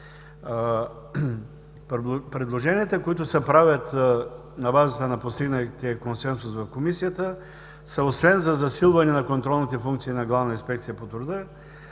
Предложенията, които се правят на базата на постигнатия консенсус в Комисията са, освен за засилване на контролните функции на Главна инспекция по труда